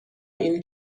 این